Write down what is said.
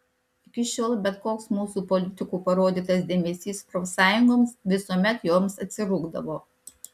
iki šiol bet koks mūsų politikų parodytas dėmesys profsąjungoms visuomet joms atsirūgdavo